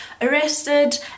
arrested